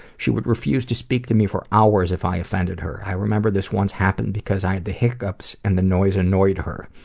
she would refuse to speak to me for hours if i offended her. i remember this once happened because i had the hiccups, and the noise annoyed her.